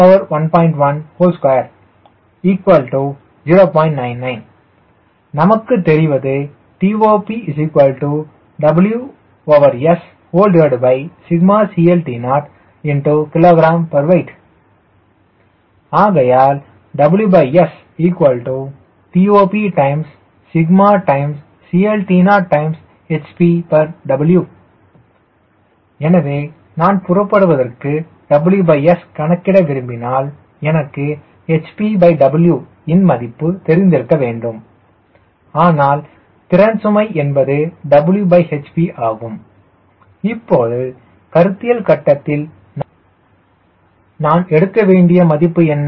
99 நமக்கு தெரிவது TOPWSCLT0hpW ஆகையால் WSTOPσCLT0hpW எனவே நான் புறப்படுவதற்கு WS கணக்கிட விரும்பினால் எனக்கு hpW இன் மதிப்பை தெரிந்திருக்க வேண்டும் ஆனால் திறன் சுமை என்பது Whp ஆகும் இப்போது கருத்தியல் கட்டத்தில் நான் எடுக்க வேண்டிய மதிப்பு என்ன